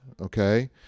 okay